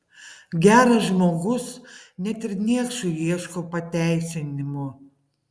geras žmogus net ir niekšui ieško pateisinimų